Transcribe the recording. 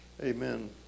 Amen